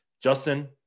Justin